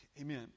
Amen